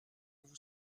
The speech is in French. vous